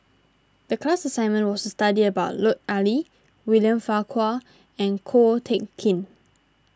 the class assignment was to study about Lut Ali William Farquhar and Ko Teck Kin